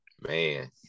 man